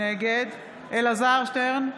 נגד אלעזר שטרן,